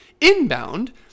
Inbound